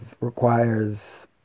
requires